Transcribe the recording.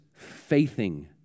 faithing